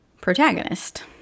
protagonist